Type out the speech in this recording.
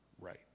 right